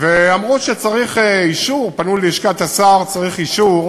ואמרו שצריך אישור, פנו ללשכת השר, צריך אישור